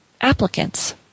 applicants